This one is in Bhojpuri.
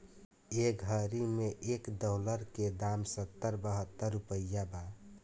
ए घड़ी मे एक डॉलर के दाम सत्तर बहतर रुपइया बा